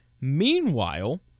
Meanwhile